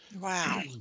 Wow